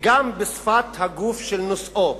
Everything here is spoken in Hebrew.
וגם בשפת הגוף של נושאו.